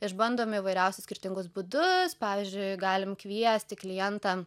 išbandom įvairiausius skirtingus būdus pavyzdžiui galim kviesti klientą